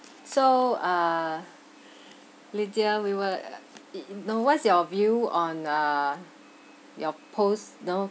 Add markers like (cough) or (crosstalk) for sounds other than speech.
so uh lydia we were (noise) it you know what's your view on uh your post know